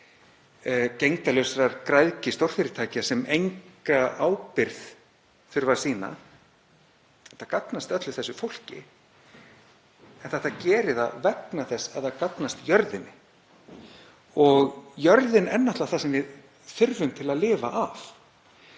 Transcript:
vegna gegndarlausrar græðgi stórfyrirtækja sem enga ábyrgð þurfa að sýna. Þetta gagnast öllu þessu fólki, en það gerir það vegna þess að það gagnast jörðinni. Jörðin er náttúrlega það sem við þurfum til að lifa af.